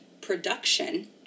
production